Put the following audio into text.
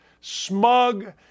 smug